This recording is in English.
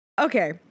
Okay